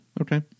Okay